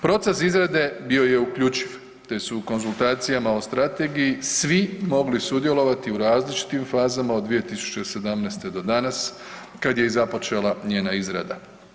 Proces izrade bio je uključiv te su u konzultacijama o Strategiji svi mogli sudjelovati u različitim fazama od 2017. do danas, kad je i započela njena izrada.